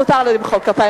מותר למחוא כפיים.